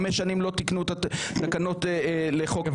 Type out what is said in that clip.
חמש שנים לא תיקנו את התקנות לחוק הפיקוח.